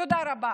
תודה רבה.